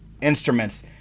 instruments